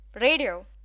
radio